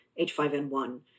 H5N1